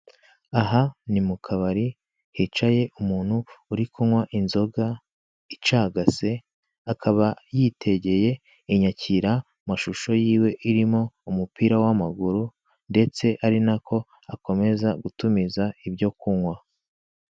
Aha ni mukabari, hicaye umuntu uri kunywa inzoga icagase, akaba yitegeye inyakiramashusho irimo umupira w'amaguru ndetse ari nako akomeza gutumiza ibyo kunywa.